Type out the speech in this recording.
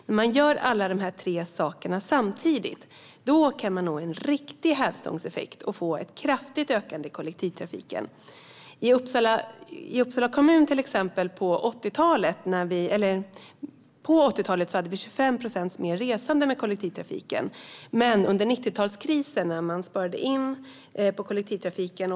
När man gör detta samtidigt får man ett kraftigt ökat användande av kollektivtrafiken. På 1980-talet hade vi 25 procent fler resande i kollektivtrafiken i Uppsala kommun, men under 1990-talskrisen sparade man in på kollektivtrafiken.